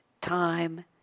Time